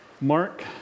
Mark